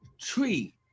tree